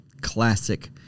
classic